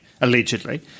allegedly